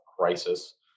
crisis